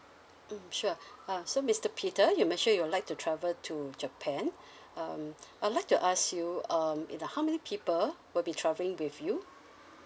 mm sure uh so mister peter you mentioned you would like to travel to japan um I'd like to ask you um in the how many people will be travelling with you